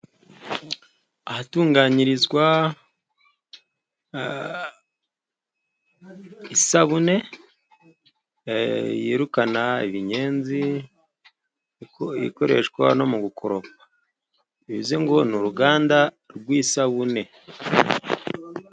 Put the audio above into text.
Ahatunganyirizwa isabune yirukana ibinyenzi, ikoreshwa no mugukoropa. Bivuze ngo ni uruganda rw'isabune.